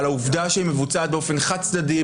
על העובדה שהיא מבוצעת באופן חד-צדדי,